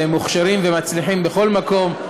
והם מוכשרים ומצליחים בכל מקום.